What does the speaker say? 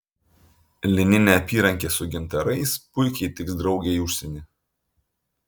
lininė apyrankė su gintarais puikiai tiks draugei į užsienį